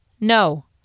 No